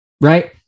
right